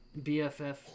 BFF